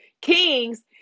Kings